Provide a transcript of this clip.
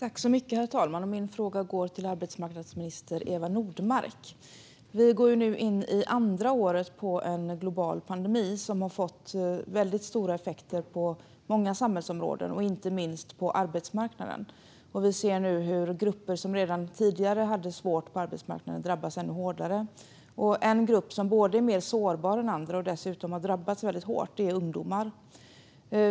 Herr talman! Min fråga går till arbetsmarknadsminister Eva Nordmark. Vi går nu in i andra året av en global pandemi som har fått väldigt stora effekter på många samhällsområden, inte minst på arbetsmarknaden. Vi ser nu hur grupper som redan tidigare hade det svårt på arbetsmarknaden drabbas ännu hårdare. En grupp som både är mer sårbar än andra och som har drabbats väldigt hårt är ungdomar.